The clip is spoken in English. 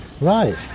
Right